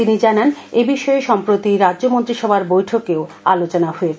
তিনি জানান এবিষয়ে সম্প্রতি রাজ্য মন্ত্রিসভার বৈঠকেও আলোচনা হয়েছে